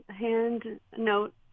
hand-note